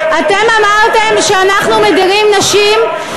אתם אמרתם שאנחנו מדירים נשים,